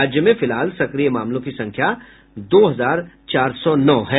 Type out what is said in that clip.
राज्य में फिलहाल सक्रिय मामलों की संख्या दो हजार चार सौ नौ है